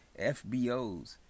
FBOs